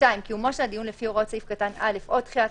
(2)קיומו של הדיון לפי הוראות סעיף קטן (א) או דחיית